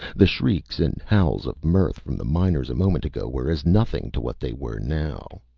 the shrieks and howls of mirth from the miners, a moment ago, were as nothing to what they were now.